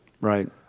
Right